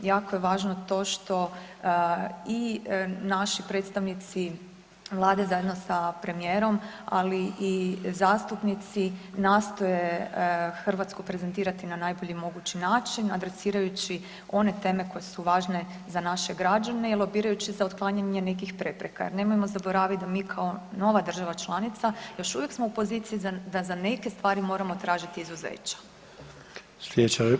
Jako je važno to što i naši predstavnici vlade zajedno sa premijerom, ali i zastupnici nastoje Hrvatsku prezentirati na najbolji mogući način adresirajući one teme koje su važne za naše građane i lobirajući za otklanjanje nekih prepreka jer nemojmo zaboravit da mi kao nova država članica još uvijek smo u poziciji da za neke stvari moramo tražiti izuzeća.